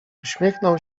uśmiechnął